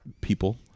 people